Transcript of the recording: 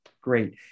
Great